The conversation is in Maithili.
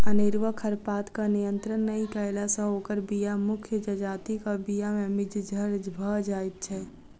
अनेरूआ खरपातक नियंत्रण नै कयला सॅ ओकर बीया मुख्य जजातिक बीया मे मिज्झर भ जाइत छै